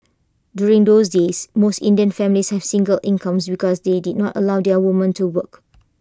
during those days most Indian families has single incomes because they did not allow their women to work